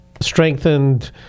strengthened